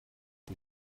die